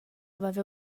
vaiva